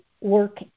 work